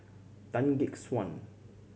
Tan Gek Suan